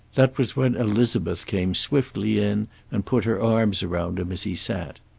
that was when elizabeth came swiftly in and put her arms around him as he sat.